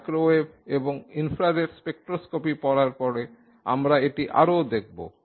microwave এবং infrared spectroscopy পড়ার পরে আমরা এটি আরও দেখব